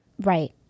Right